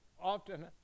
often